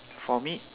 for me